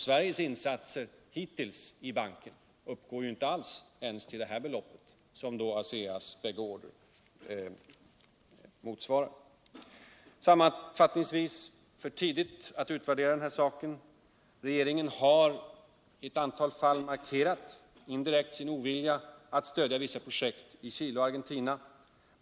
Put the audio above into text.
Sveriges insatser hittills i banken uppgår ju inte ens till det belopp som motsvarar ASEA:s båda order. Sammanfattningsvis: Det är för tidigt att utvärdera Sveriges medlemskap i banken. Regeringen har i eu antal fall indirekt visat sin ovilja att stödja vissa projekt i Chile och Argentina.